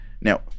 Now